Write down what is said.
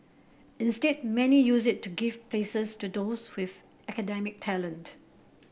instead many use it to give places to those with academic talent